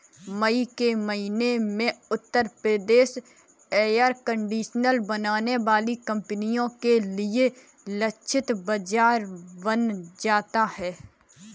मई के महीने में उत्तर प्रदेश एयर कंडीशनर बनाने वाली कंपनियों के लिए लक्षित बाजार बन जाता है